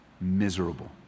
miserable